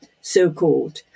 so-called